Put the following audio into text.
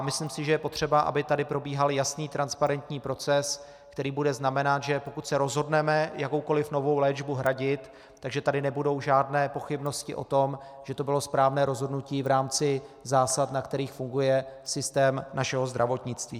Myslím si, že je potřeba, aby tady probíhal jasný, transparentní proces, který bude znamenat, že pokud se rozhodneme jakoukoli novou léčbu hradit, nebudou tady žádné pochybnosti o tom, že to bylo správné rozhodnutí v rámci zásad, na kterých funguje systém našeho zdravotnictví.